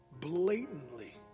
blatantly